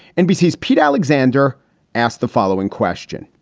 nbc is pete alexander asked the following question,